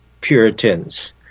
Puritans